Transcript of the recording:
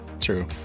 True